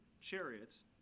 chariots